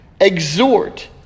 exhort